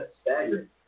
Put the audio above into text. staggering